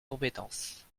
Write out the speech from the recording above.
compétence